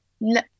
no